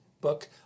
book